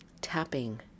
tapping